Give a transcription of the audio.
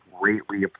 Greatly